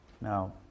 Now